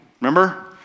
remember